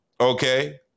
Okay